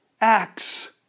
acts